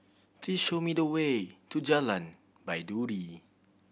please show me the way to Jalan Baiduri